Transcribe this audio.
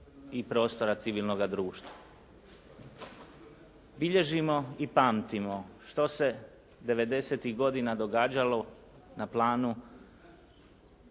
i prostora civilnoga društva. Bilježimo i pamtimo što se 90-tih godina događalo na planu